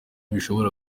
bishobora